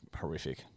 horrific